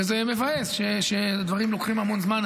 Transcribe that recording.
זה מבאס שדברים לוקחים המון זמן.